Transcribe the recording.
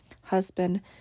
husband